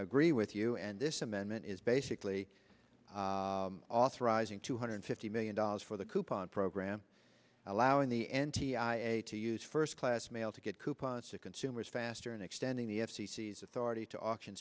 agree with you and this amendment is basically authorizing two hundred fifty million dollars for the coupon program allowing the n t i a to use first class mail to get coupons to consumers faster and extending the f c c s authority to auction